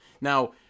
Now